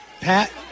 Pat